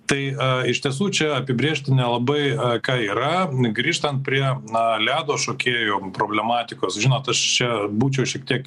tai iš tiesų čia apibrėžti nelabai ką yra grįžtant prie na ledo šokėjo problematikos žinot aš čia būčiau šiek tiek